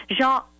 Jean